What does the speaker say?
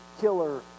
killer